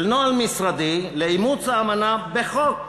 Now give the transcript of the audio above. של נוהל משרדי באימוץ האמנה בחוק,